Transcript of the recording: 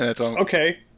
Okay